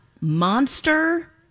Monster